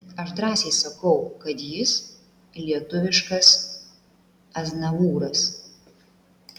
aš drąsiai sakau kad jis lietuviškas aznavūras